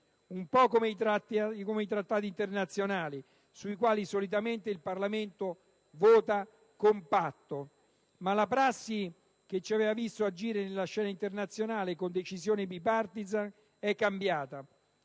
accade per i trattati internazionali, sui quali, solitamente, il Parlamento vota a favore compatto. Ma la prassi che ci aveva visto agire sulla scena internazionale con decisioni *bipartisan* è cambiata.